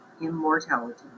immortality